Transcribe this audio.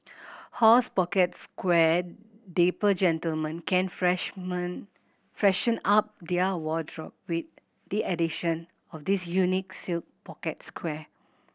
horse pocket square Dapper gentlemen can freshman freshen up their wardrobe with the addition of this unique silk pocket square